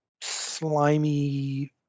slimy